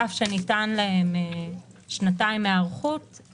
אף שניתנות להם שנתיים היערכות,